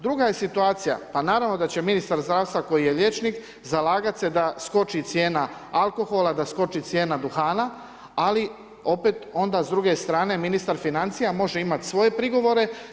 Druga je situacija, ma naravno da će ministar zdravstva koji je liječnik, zalagati se da skoči cijena alkohola, da skoči cijena duhana ali opet onda s druge strane ministar Financija može imati svoje prigovore.